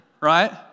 Right